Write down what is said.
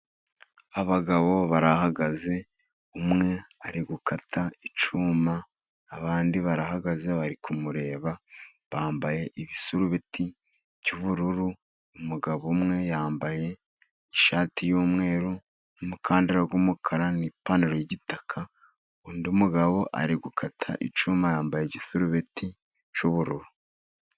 Abagabo barahagaze, umwe ari gukata icyuma, abandi barahagaze bari kumureba, bambaye ibisarubeti by’ubururu. Umugabo umwe yambaye ishati y’umweru, umukandara w’umukara, n’ipantaro y’igitaka. Undi mugabo ari gukata icyuma yambaye igisarubeti cy’ubururu.